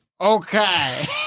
Okay